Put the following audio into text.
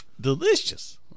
delicious